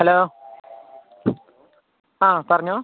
hello ആ പറഞ്ഞുകൊള്ളൂ